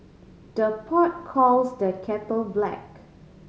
the pot calls the kettle black